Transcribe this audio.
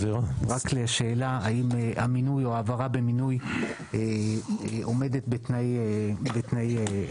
לשאלה האם המינוי או העברה במינוי עומדת בתנאי הכשירות